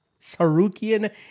Sarukian